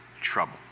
trouble